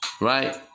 Right